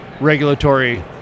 regulatory